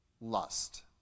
lust